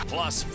Plus